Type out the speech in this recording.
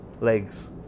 legs